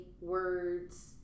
words